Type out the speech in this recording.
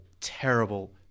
terrible